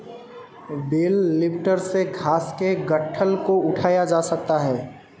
bell lifter से घास के गट्ठल को उठाया जा सकता है